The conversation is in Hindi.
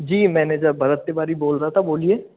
जी मैनेजर भरत तिवारी बोल रहा था बोलिए